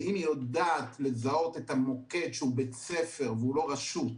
ואם היא יודעת לזהות את המוקד שהוא בית ספר והוא לא רשום,